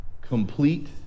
complete